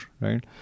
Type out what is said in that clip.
right